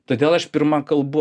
todėl aš pirma kalbu